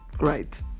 right